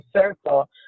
circle